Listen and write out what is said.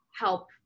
help